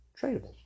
tradable